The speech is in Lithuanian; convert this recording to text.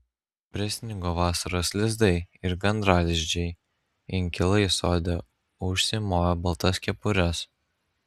prisnigo vasaros lizdai ir gandralizdžiai inkilai sode užsimovė baltas kepures